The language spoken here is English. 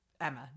Emma